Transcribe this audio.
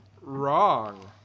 Wrong